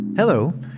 Hello